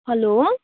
hello